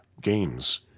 games